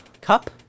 Cup